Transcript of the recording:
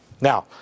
now